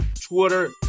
Twitter